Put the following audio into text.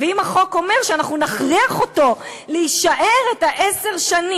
ואם החוק אומר שאנחנו נכריח אותו להישאר את עשר השנים